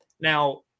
Now